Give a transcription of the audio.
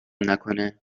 نکنه